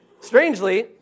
Strangely